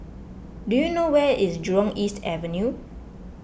do you know where is Jurong East Avenue